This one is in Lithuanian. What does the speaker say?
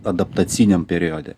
adaptaciniam periode